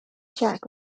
jack